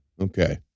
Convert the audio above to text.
Okay